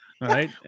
Right